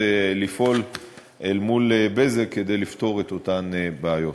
לפעול אל מול "בזק" כדי לפתור את אותן בעיות.